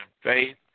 faith